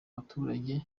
baturage